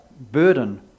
burden